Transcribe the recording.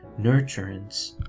nurturance